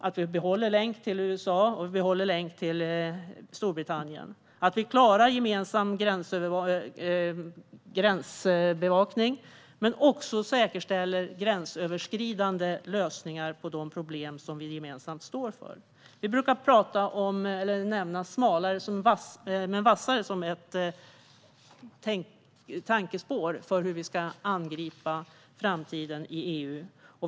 Vi måste behålla en länk till USA och en länk till Storbritannien och klara gemensam gränsbevakning, men också säkerställa gränsöverskridande lösningar på de problem som vi gemensamt står inför. Vi brukar nämna "smalare men vassare" som ett tankespår för hur vi ska angripa framtiden i EU.